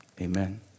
Amen